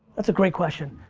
that's a great question.